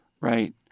Right